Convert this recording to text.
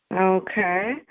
Okay